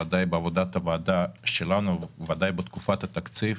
ודאי בעבודת הוועדה שלנו ובוודאי בתקופת התקציב